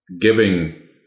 giving